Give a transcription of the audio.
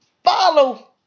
Follow